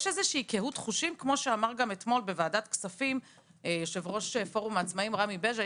אתמול בוועדת כספים אמר יושב-ראש פורום העצמאים רמי בז'ה,